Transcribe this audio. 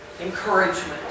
encouragement